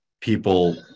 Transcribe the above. people